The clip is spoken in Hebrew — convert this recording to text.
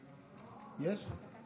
יש?